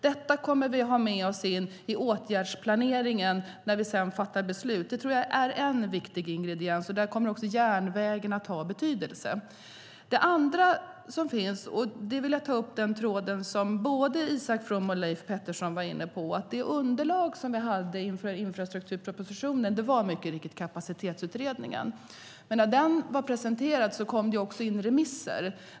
Det kommer vi ha med oss in i åtgärdsplaneringen när vi sedan fattar beslut. Det är en viktig ingrediens. Där kommer också järnvägen att ha betydelse. Jag vill ta upp tråden som både Isak From och Leif Pettersson var inne på. Det underlag som vi hade inför infrastrukturpropositionen var mycket riktigt Kapacitetsutredningen. När den var presenterad kom det också in remisser.